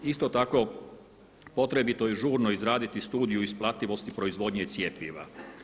Isto tako potrebito je žurno izraditi studiju isplativosti proizvodnje cjepiva.